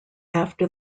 after